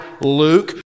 Luke